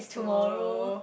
tomorrow